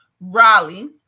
Raleigh